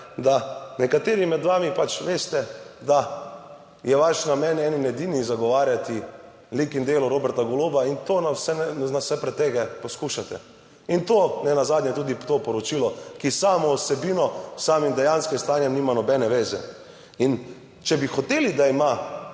da nekateri med vami pač veste, da je vaš namen eden in edini, zagovarjati lik in delo Roberta Goloba in to vse na vse pretege poskušate. In to nenazadnje, tudi to poročilo, ki s samo vsebino, s samim dejanskim stanjem nima nobene veze. 81. TRAK: (TB)